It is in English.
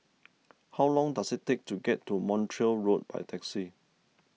how long does it take to get to Montreal Road by taxi